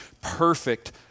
perfect